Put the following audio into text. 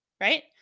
right